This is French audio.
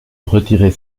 retirer